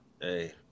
Hey